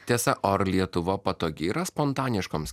tiesa o ar lietuva patogi yra spontaniškoms